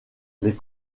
les